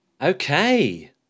Okay